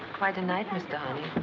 quite a night, mr.